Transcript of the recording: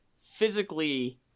physically